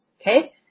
Okay